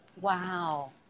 Wow